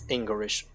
English